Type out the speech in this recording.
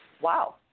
Wow